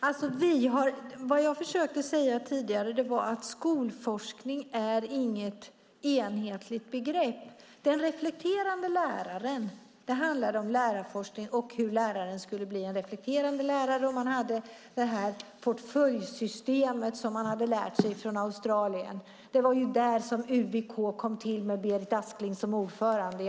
Fru talman! Vad jag försökte säga var att skolforskning inte är något enhetligt begrepp. Det handlar om lärarforskning och om hur läraren skulle kunna bli en reflekterande lärare om man hade det portföljsystem som man lärt sig från Australien. Det var där UVK kom till med Berit Askling som ordförande.